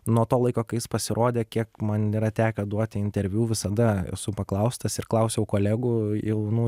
nuo to laiko kai jis pasirodė kiek man yra tekę duoti interviu visada esu paklaustas ir klausiau kolegų jaunų